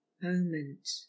moment